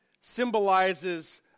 symbolizes